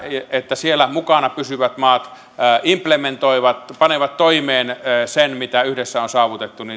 että siellä mukana pysyvät maat implementoivat panevat toimeen sen mitä yhdessä on saavutettu